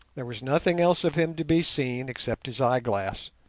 there was nothing else of him to be seen except his eyeglass,